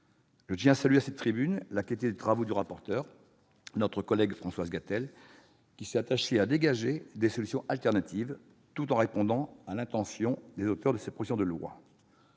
Je tiens à saluer la qualité des travaux du rapporteur, notre collègue Françoise Gatel, qui s'est attachée à dégager des solutions alternatives, tout en répondant à l'intention des auteurs de cette proposition de loi.